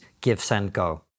GiveSendGo